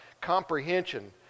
comprehension